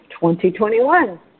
2021